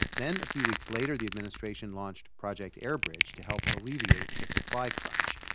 then a few weeks later, the administration launched project airbridge to help alleviate the supply crunch.